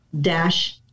dash